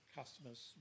customers